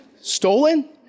stolen